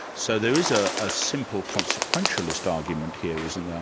so there is a ah simple consequentialist argument here isn't there?